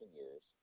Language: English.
years